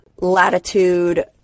latitude